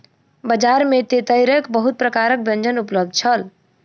बजार में तेतैरक बहुत प्रकारक व्यंजन उपलब्ध छल